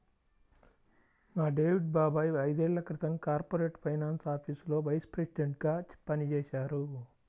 మా డేవిడ్ బాబాయ్ ఐదేళ్ళ క్రితం కార్పొరేట్ ఫైనాన్స్ ఆఫీసులో వైస్ ప్రెసిడెంట్గా పనిజేశారు